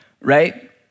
right